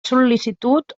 sol·licitud